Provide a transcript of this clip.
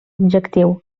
objectiu